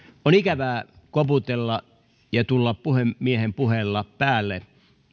on ikävää koputella ja tulla puhemiehen puheella päälle